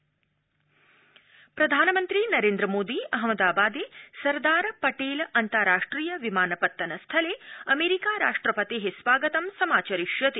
प्रधानमन्त्री प्रधानमन्त्री नरेन्द्रमोदी अहमबादे सरदार पटेल अन्तार्राष्ट्रिय विमानपत्तन स्थले अमेरिका राष्ट्रपते स्वागतं समाचरिष्यति